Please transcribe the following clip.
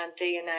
DNA